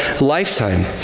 lifetime